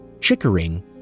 Chickering